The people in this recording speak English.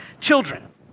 children